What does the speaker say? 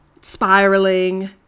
spiraling